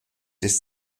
des